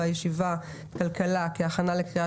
ובישיבה של ועדת הכלכלה בהכנה לקריאה